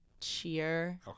cheer